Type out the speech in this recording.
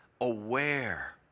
aware